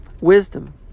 Wisdom